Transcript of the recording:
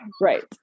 Right